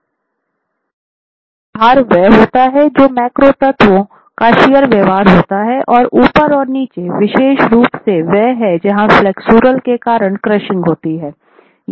केंद्रीय भाग वह होता है जो मैक्रो तत्व का शियर व्यवहार होता है और ऊपर और नीचे विशेष रूप से वह है जहाँ फ्लेक्सचर के कारण क्रशिंग होती है